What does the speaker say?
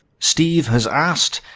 steve has asked,